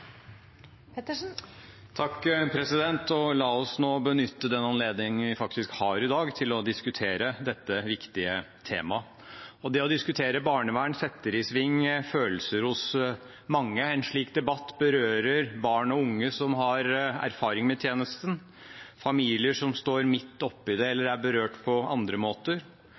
får komiteen og de politiske partiene behandle dette enormt viktige området nå. Noe annet vil være å svikte. La oss benytte den anledningen vi faktisk har i dag, til å diskutere dette viktige temaet. Det å diskutere barnevern setter i sving følelser hos mange. En slik debatt berører barn og unge som har erfaring med tjenesten, familier som står midt oppe i det eller er